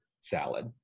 salad